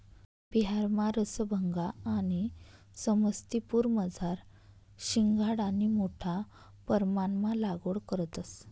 बिहारमा रसभंगा आणि समस्तीपुरमझार शिंघाडानी मोठा परमाणमा लागवड करतंस